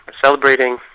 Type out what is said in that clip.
Celebrating